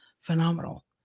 phenomenal